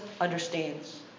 understands